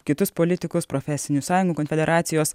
kitus politikus profesinių sąjungų konfederacijos